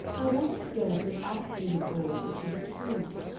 i wanted to go to an art-student ball of which he disapproved.